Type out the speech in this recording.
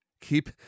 Keep